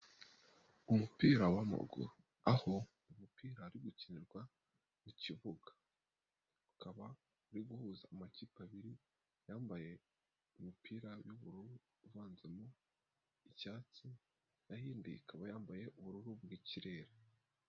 Umupira wa'maguru aho umupira ari gukinirwa mukibuga, ukaba uri guhuza amakipe abiri yambaye umupira u'ubururu uvanzamo icyatsi, naho indi ikaba yambaye ubururu bwikirere.